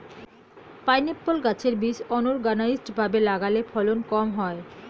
pineapple গাছের বীজ unorganised ভাবে লাগালে ফলন কম হয়